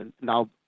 now